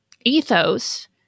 ethos